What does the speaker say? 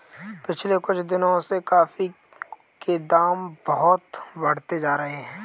पिछले कुछ दिनों से कॉफी के दाम बहुत बढ़ते जा रहे है